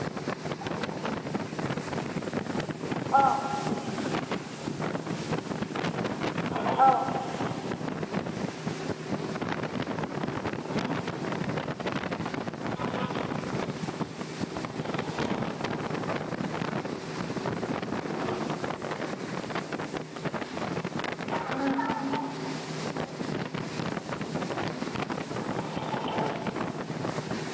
ꯑꯧ ꯑꯧ ꯎꯝ ꯑ